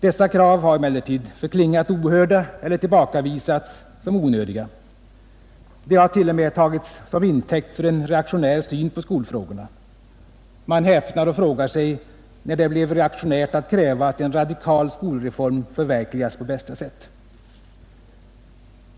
Dessa krav har emellertid förklingat ohörda eller tillbakavisats som onödiga. De har t.o.m. tagits till intäkt för en reaktionär syn på skolfrågorna. Man häpnar och frågar sig när det blev reaktionärt att kräva att en radikal skolreform förverkligas på bästa sätt.